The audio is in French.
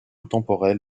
temporelle